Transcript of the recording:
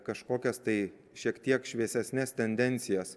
kažkokias tai šiek tiek šviesesnes tendencijas